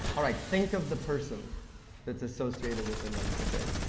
all right, think of the person that's associated with the number, okay?